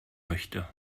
möchte